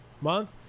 month